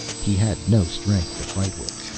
he had no strength to fight with,